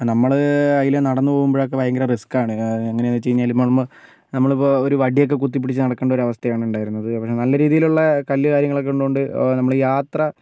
നമ്മൾ അതിലെ നടന്ന് പോകുമ്പോഴൊക്കെ ഭയങ്കര റിസ്കാണ് എങ്ങനെന്ന് വെച്ചാൽ നമ്മളിപ്പോൾ ഒരു വടിയൊക്കെ കുത്തി പിടിച്ച് നടക്കേണ്ട ഒരു അവസ്ഥയാണ് ഉണ്ടായിരുന്നത് പക്ഷേ നല്ല രീതിയിൽ ഉള്ള കല്ല് കാര്യങ്ങളൊക്കെ ഉള്ളത് കൊണ്ട് നമ്മളാ യാത്ര